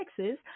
Texas